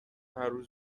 هرروز